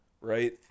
right